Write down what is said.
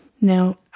Now